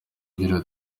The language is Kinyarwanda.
igira